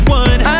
one